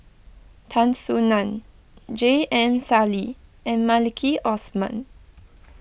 Tan Soo Nan J M Sali and Maliki Osman